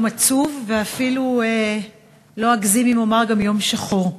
יום עצוב, ואפילו לא אגזים אם אומר גם יום שחור,